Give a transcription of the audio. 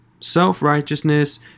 self-righteousness